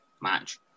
match